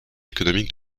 économique